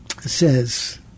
says